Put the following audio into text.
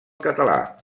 català